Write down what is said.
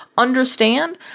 Understand